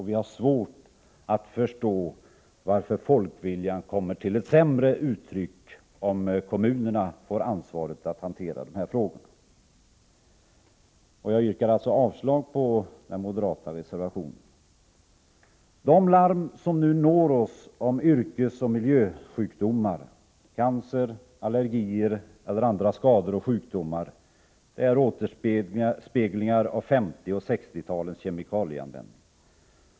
Vi har svårt att förstå varför folkviljan skulle komma till sämre uttryck om kommunerna får ansvaret att hantera dem. Jag yrkar alltså avslag på den moderata reservationen. De larm som nu når oss om yrkesoch miljösjukdomar — cancer, allergier eller andra skador och sjukdomar — är återspeglingar av 1950 och 1960-talens kemikalieanvändning.